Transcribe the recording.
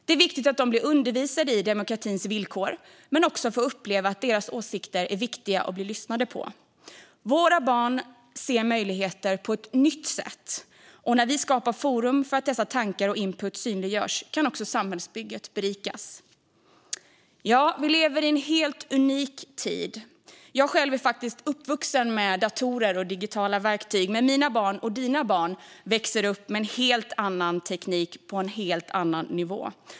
Det är viktigt att de blir undervisade i demokratins villkor och att de får uppleva att deras åsikter är viktiga att bli lyssnade på. Våra barn ser möjligheter på ett nytt sätt, och när vi skapar forum så att dessa tankar och input synliggörs kan också samhällsbygget berikas. Vi lever i en helt unik tid. Jag själv är uppvuxen med datorer och digitala verktyg, men mina barn och dina barn växer upp med en helt annan teknik på en helt annan nivå.